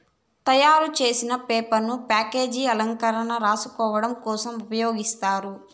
తయారు చేసిన పేపర్ ను ప్యాకేజింగ్, అలంకరణ, రాసుకోడం కోసం ఉపయోగిస్తారు